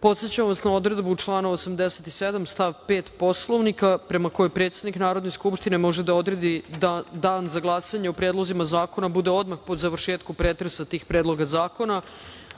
podsećam vas na odredbu člana 87. stav 5. Poslovnika prema kojoj predsednik Narodne skupštine može da odredi dan za glasanje o predlozima bude odmah po završetku pretresa tih predloga zakona.U